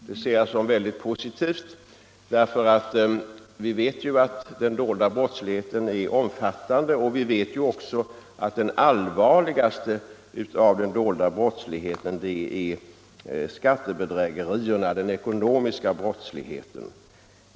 Det ser jag som väldigt positivt, eftersom vi vet att den dolda brottsligheten är omfattande och att den allvarligaste formen är skattebedrägerierna, dvs. den ekonomiska brottsligheten.